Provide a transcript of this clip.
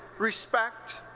respect,